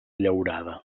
llaurada